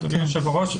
אדוני היושב-ראש,